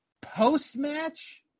Post-match